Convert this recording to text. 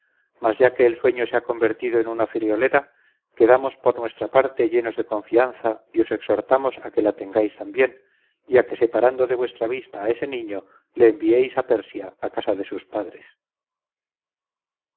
mas ya que el sueño se ha convertido en una friolera quedamos por nuestra parte llenos de confianza y os exhortamos a que la tengáis también y a que separando de vuestra vista a ese niño le enviéis a persia a casa de sus padres